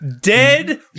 dead